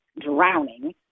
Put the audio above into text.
drowning